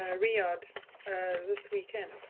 ah riyadh this weekend?